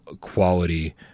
quality